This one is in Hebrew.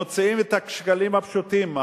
מוציאים את השקלים הפשוטים,